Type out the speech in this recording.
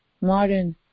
Modern